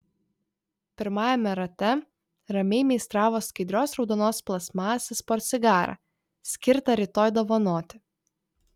pirmajame rate ramiai meistravo skaidrios raudonos plastmasės portsigarą skirtą rytoj dovanoti